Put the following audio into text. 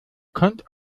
könntet